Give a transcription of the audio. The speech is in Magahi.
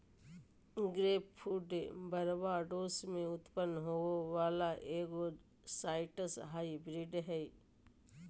ग्रेपफ्रूट बारबाडोस में उत्पन्न होबो वला एगो साइट्रस हाइब्रिड हइ